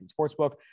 Sportsbook